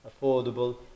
affordable